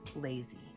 lazy